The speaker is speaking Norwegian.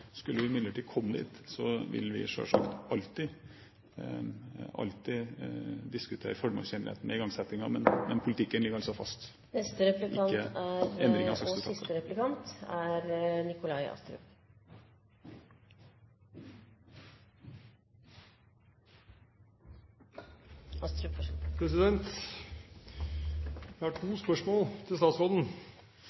Skulle vi imidlertid komme dit, vil vi selvsagt alltid diskutere formålstjeneligheten ved inngangsetting, men politikken ligger altså fast, ikke endringer … Jeg har to